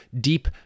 deep